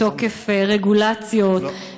מתוקף רגולציות,